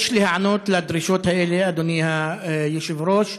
יש להיענות לדרישות האלה, אדוני היושב-ראש,